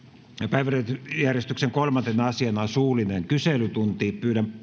päiväjärjestyksen kolmantena asiana on suullinen kyselytunti pyydän